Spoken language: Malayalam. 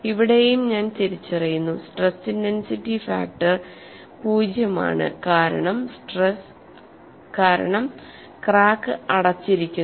ഇവിടെയും ഞാൻ തിരിച്ചറിയുന്നു സ്ട്രെസ് ഇന്റെൻസിറ്റി ഫാക്ടർ പൂജ്യമാണ് കാരണം ക്രാക്ക് അടച്ചിരിക്കുന്നു